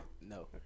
no